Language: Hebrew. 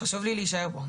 חשוב לי להישאר פה,